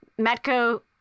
METCO